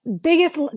biggest